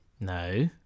No